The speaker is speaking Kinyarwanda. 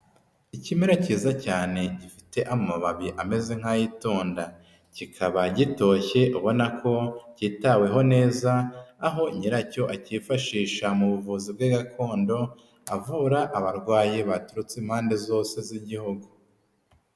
Ikimera cyiza cyane gifite amababi ameze nk'ay'itunda, kikaba gitoshye ubona ko cyitaweho neza aho nyiracyo akiyifashisha mu buvuzi bwe gakondo avura abarwayi baturutse impande zose z'igihugu.